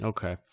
Okay